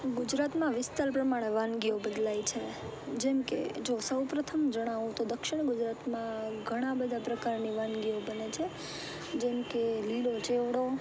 ગુજરાતમાં વિસ્તાર પ્રમાણે વાનગીઓ બદલાય છે જેમ કે જો સૌપ્રથમ જણાવું તો દક્ષિણ ગુજરાતમાં ઘણા બધા પ્રકારની વાનગીઓ બને છે જેમ કે લીલો ચેવડો